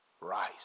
rise